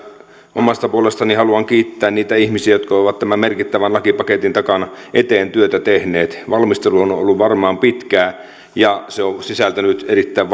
omasta puolestani haluan kiittää niitä ihmisiä jotka ovat tämän merkittävän lakipaketin eteen työtä tehneet valmistelu on ollut varmaan pitkää ja se on sisältänyt erittäin